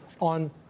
on